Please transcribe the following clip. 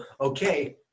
okay